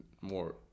more